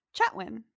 Chatwin